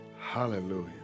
Hallelujah